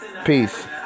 Peace